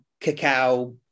cacao